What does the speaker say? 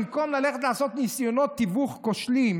במקום ללכת לעשות ניסיונות תיווך כושלים